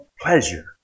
pleasure